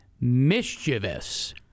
mischievous